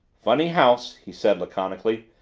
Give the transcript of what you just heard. funny house, he said laconically.